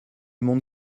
monde